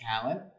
talent